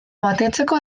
mantentzeko